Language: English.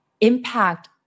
impact